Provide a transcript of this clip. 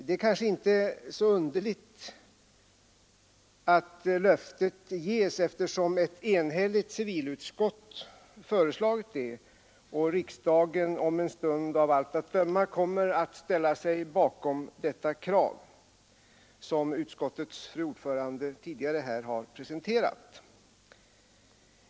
Det är kanske inte så underligt att det löftet ges, eftersom ett enhälligt civilutskott föreslagit det och riksdagen om en stund av allt att döma kommer att ställa sig bakom detta förslag, som utskottets fru ordförande tidigare här har presenterat.